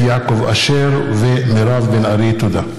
תודה.